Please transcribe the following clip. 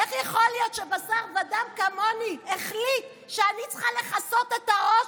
איך יכול להיות שבשר ודם כמוני החליט שאני צריכה לכסות את הראש?